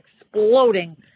exploding